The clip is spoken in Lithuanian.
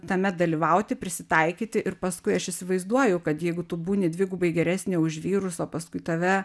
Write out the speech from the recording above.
tame dalyvauti prisitaikyti ir paskui aš įsivaizduoju kad jeigu tu būni dvigubai geresnė už vyrus o paskui tave